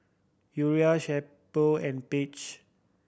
Uriah and Paige